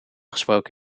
gesproken